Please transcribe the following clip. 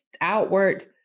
outward